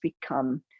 become